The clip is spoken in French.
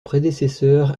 prédécesseur